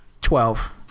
twelve